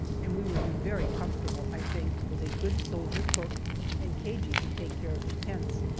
and we will be very comfortable, i think, with a good soldier cook and cagey to take care of the tents.